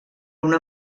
una